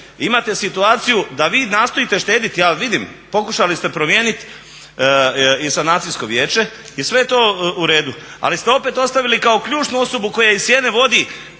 Imate situaciju da vi nastojite štediti, ja vidim. Pokušali ste promijeniti i sanacijsko vijeće i sve je to u redu, ali ste opet ostavili kao ključnu osobu koja iz sjene vodi